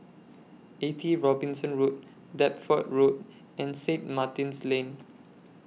eighty Robinson Road Deptford Road and Saint Martin's Lane